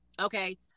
okay